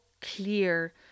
clear